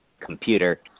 computer